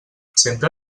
sempre